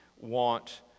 want